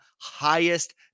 highest